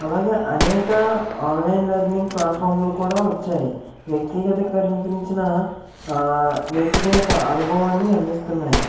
అలాగే అనేక online learning ప్లాట్ఫామ్లు కూడా వచ్చాయి వ్యక్తిగతకి కరినికరించిన నేర్చుకునే అనుభవాన్ని అందిస్తున్నాయి